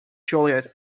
juliet